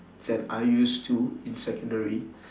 than I used to in secondary